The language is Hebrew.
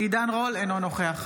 עידן רול, אינו נוכח